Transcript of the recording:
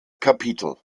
kapitel